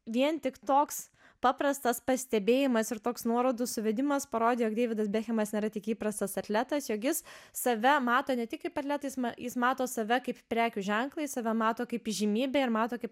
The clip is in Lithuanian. vien tik toks paprastas pastebėjimas ir toks nuorodų suvedimas parodė jog deividas bekhemas nėra tik įprastas atletas jog jis save mato ne tik kaip atletizmą jis mato save kaip prekių ženklą jis save mato kaip įžymybę ir mato kaip